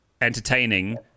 entertaining